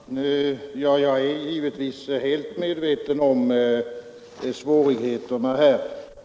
Herr talman! Jag är givetvis helt medveten om svårigheterna här.